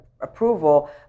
approval